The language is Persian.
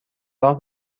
راه